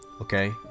Okay